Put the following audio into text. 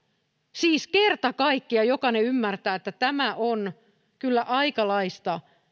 siis kerta kaikkiaan jokainen ymmärtää että tämä on kyllä aikalaista